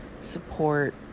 support